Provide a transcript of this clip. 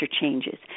changes